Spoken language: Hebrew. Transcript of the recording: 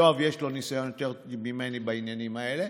ליואב יש יותר ניסיון ממני בעניינים האלה,